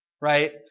right